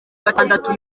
gatandatu